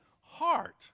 heart